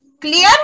Clear